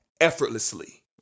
Effortlessly